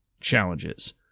challenges